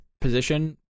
position